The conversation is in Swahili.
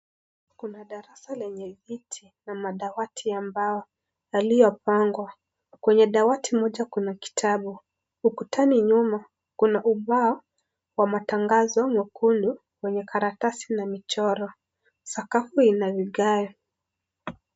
Kuna darasa lenye viti na madawati ambao, yaliyopangwa. Kwenye dawati moja ,kuna kitabu. Ukutani nyuma kuna ubao wa matangazo mwekundu wenye kalatasi na michoro. Sakafu ina vigae.